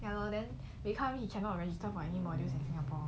ya lor then he come he cannot already he come my module in singapore